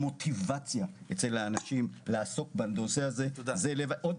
המוטיבציה של אנשים לעסוק בנושא הזה זה לב העניין.